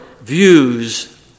views